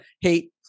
hate